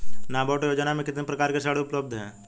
नाबार्ड योजना में कितने प्रकार के ऋण उपलब्ध हैं?